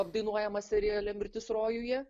apdainuojamą seriale mirtis rojuje